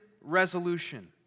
resolution